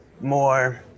more